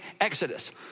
Exodus